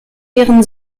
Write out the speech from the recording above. ihren